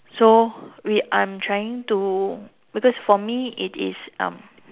so we I'm trying to because for me it is um